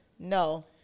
No